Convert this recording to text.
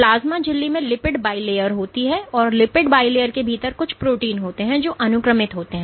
plasma झिल्ली में lipid bilayers होते हैं और इस लिपिड bilayers के भीतर कुछ प्रोटीन होते हैं जो अनुक्रमित होते हैं